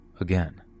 again